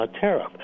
tariff